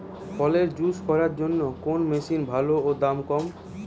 ফলের জুস করার জন্য কোন মেশিন ভালো ও দাম কম?